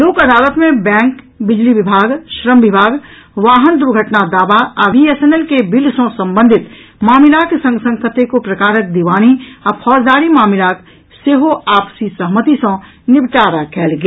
लोक अदालत मे बैंक बिजली विभाग श्रम विभाग वाहन दुर्घटना दावा आ बीएसएनएल के बिल सँ संबंधित मामिलाक संग संग कतेको प्रकारक दीवानी आ फौजदारी मामिलाक सेहो आपसी सहमति सँ निपटारा कयल गेल